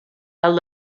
alt